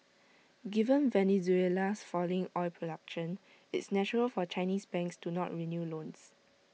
given Venezuela's falling oil production it's natural for Chinese banks to not renew loans